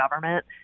government